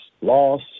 loss